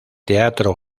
teatro